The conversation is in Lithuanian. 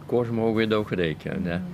ko žmogui daug reikia ane